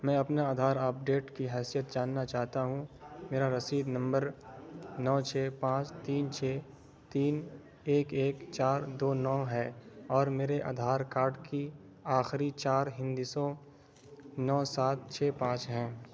میں اپنے آدھار آپڈیٹ کی حیثیت جاننا چاہتا ہوں میرا رسید نمبر نو چھ پانچ تین چھ تین ایک ایک چار دو نو ہے اور میرے آدھار کارڈ کی آخری چار ہندسوں نو ساتھ چھ پانچ ہیں